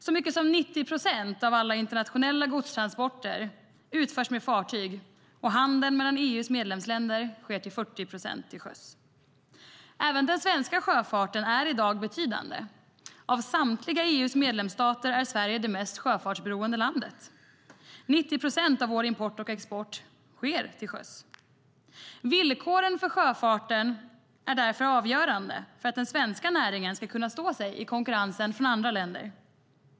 Så mycket som 90 procent av alla internationella godstransporter utförs med fartyg, och handeln mellan EU:s medlemsländer sker till 40 procent till sjöss. Även den svenska sjöfarten är i dag betydande. Av samtliga EU:s medlemsstater är Sverige det mest sjöfartsberoende landet. 90 procent av vår import och export sker till sjöss. Villkoren för sjöfarten är därför avgörande för att den svenska näringen ska kunna stå sig i konkurrensen från andra länder.